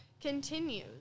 continues